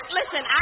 listen